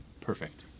Perfect